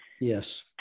Yes